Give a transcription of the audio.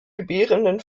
gebärenden